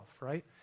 right